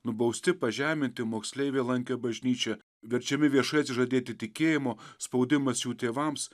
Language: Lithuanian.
nubausti pažeminti moksleiviai lankė bažnyčią verčiami viešai atsižadėti tikėjimo spaudimas jų tėvams